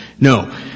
No